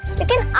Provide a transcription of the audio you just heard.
to take